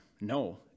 No